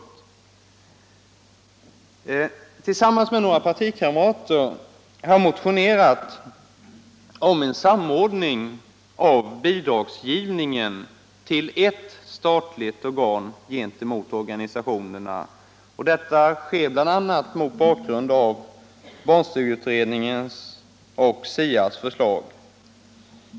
Tillsammans med några partikamrater har jag motionerat om en samordning till ett statligt organ av bidragsgivningen gentemot organisationerna, bl.a. mot bakgrund av barnstugeutredningens och SIA:s förslag.